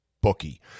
bookie